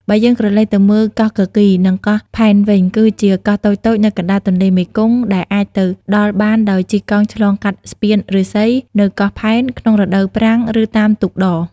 បើយើងក្រឡេកទៅមើល កោះគគីរ និងកោះផែនវិញ គឺជាកោះតូចៗនៅកណ្តាលទន្លេមេគង្គ ដែលអាចទៅដល់បានដោយជិះកង់ឆ្លងកាត់ស្ពានឫស្សី នៅកោះផែន ក្នុងរដូវប្រាំង ឬតាមទូកដ។